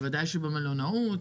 בוודאי שבמלונאות,